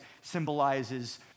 symbolizes